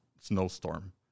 snowstorm